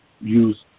use